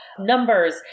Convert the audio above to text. numbers